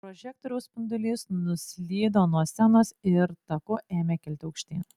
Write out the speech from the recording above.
prožektoriaus spindulys nuslydo nuo scenos ir taku ėmė kilti aukštyn